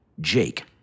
Jake